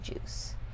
juice